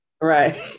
Right